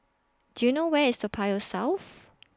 Do YOU know Where IS Toa Payoh South